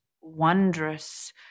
wondrous